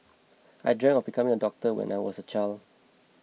I dreamt of becoming a doctor when I was a child